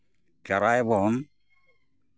ᱪᱟᱨᱟᱭᱟᱵᱚᱱ